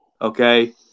okay